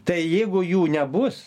tai jeigu jų nebus